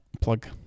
plug